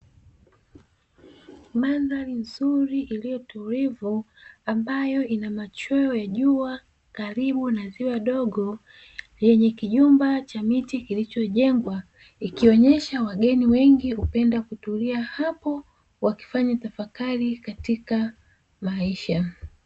Mandhari nzuri iliyotulivu ambayo ina machweo ya jua karibu na ziwa dogo lenye kijumba cha miti, kilichojengwa ikionyesha wageni wengi hupenda kutulia hapo wakifanya tafakari katika maisha.